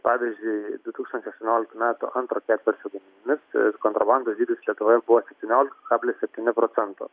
pavyzdžiui du tūkstančiai aštuonioliktų metų antro ketvirčio duomenimis kontrabandos dydis lietuvoje buvo septyniolika kablis septyni procento